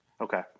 Okay